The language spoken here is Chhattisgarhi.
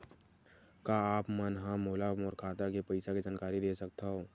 का आप मन ह मोला मोर खाता के पईसा के जानकारी दे सकथव?